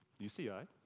UCI